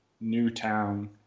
Newtown